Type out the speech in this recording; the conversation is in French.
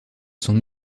son